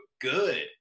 good